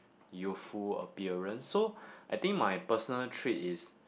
youthful appearance so I think my personal trait is